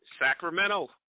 Sacramento